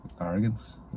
arrogance